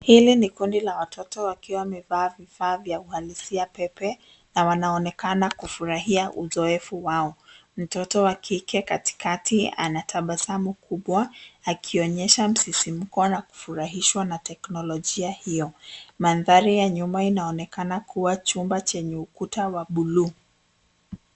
Hili ni kundi la watoto wakiwa wamevaa vifaa vya uhalisia pepe na wanaonekana kufurahia uzoefu wao. Mtoto wa kike katikati ana tabasamu kubwa akionyesha msisimko na kufurahishwa na teknolojia hiyo. Mandhari ya nyuma inaonekana kuwa chumba chenye ukuta wa buluu.